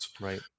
right